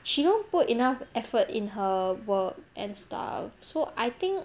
she don't put enough effort in her work and style so I think